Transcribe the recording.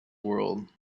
world